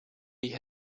die